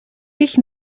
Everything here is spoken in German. ich